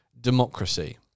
democracy